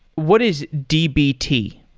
what is dbt?